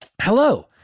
Hello